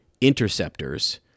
interceptors